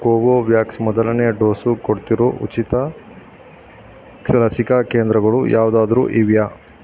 Covovax ಮೊದಲನೇ dose ಕೊಡ್ತಿರೋ ಉಚಿತ ಲಸಿಕಾ ಕೇಂದ್ರಗಳು ಯಾವುದಾದ್ರು ಇವೆಯಾ